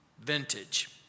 Vintage